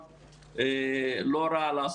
המאוד קשה הזאת כי גם החזרה של אנשים עם מוגבלויות